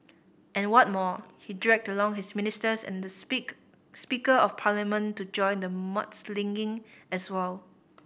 and what more he dragged along his ministers and the speak Speaker of Parliament to join the mudslinging as well